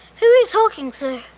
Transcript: who is talking to